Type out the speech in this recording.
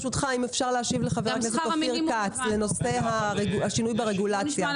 אם אפשר להשיב לחבר הכנסת אופיר כץ לנושא השינוי ברגולציה.